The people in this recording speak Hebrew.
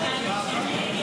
קנס על החזקת נשק בלתי חוקי),